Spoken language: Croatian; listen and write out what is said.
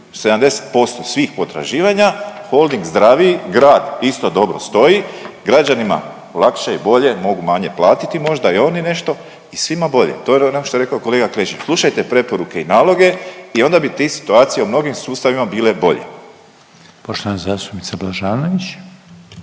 70% svih potraživanja, Holding zdraviji, grad isto dobro stoji, građanima lakše i bolje, mogu manje platiti možda i oni nešto i svima bolje i to je ono što je rekao kolega Klešić, slušajte preporuke i naloge i onda bi te situacije u mnogim sustavima bile bolje. **Reiner,